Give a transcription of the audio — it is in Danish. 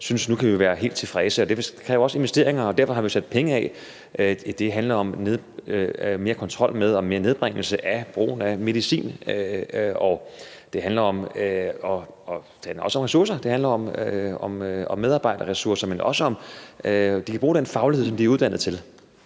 synes at nu kan vi være helt tilfredse. Det kræver også investeringer, og derfor har vi sat penge af. Det handler om mere kontrol med og nedbringelse af brugen af medicin. Det handler også om ressourcer. Det handler om medarbejderressourcer, men også at de kan bruge den faglighed, de er uddannet til.